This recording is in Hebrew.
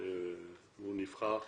שהוא נבחר.